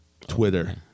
Twitter